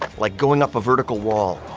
like going up a vertical wall,